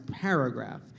paragraph